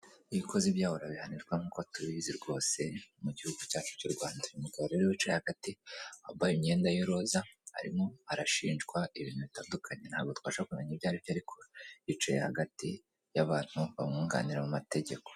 Iyo ukoze ibyaha urabihanirwa nk'uko tubizi rwose mu gihugu cyacu cy'u Rwanda. Uyu mugabo rero wicaye hagati wambaye imyenda y'iroza arimo arashinjwa ibintu bitandukanye. Ntabwo twabasha kumenya ibyaribyo ariko yicaye hagati y'abantu bamwunganira mu mategeko.